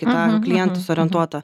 į tą klientus orientuotą